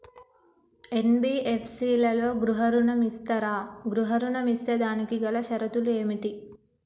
NBFC లలో గృహ ఋణం ఇస్తరా? గృహ ఋణం ఇస్తే దానికి గల షరతులు ఏమిటి?